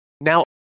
Now